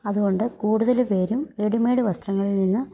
അതുകൊണ്ട് കൂടുതല് പേരും റെഡിമെയ്ഡ് വസ്ത്രങ്ങളിൽ നിന്ന്